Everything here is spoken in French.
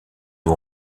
aux